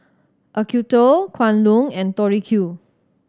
Acuto Kwan Loong and Tori Q